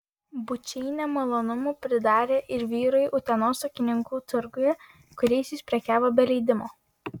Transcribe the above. bučiai nemalonumų pridarė ir vyrui utenos ūkininkų turguje kuriais jis prekiavo be leidimo